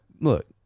Look